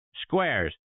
squares